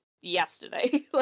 yesterday